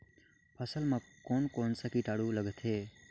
फसल मा कोन कोन सा कीटाणु लगथे?